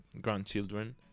grandchildren